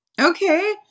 Okay